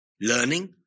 Learning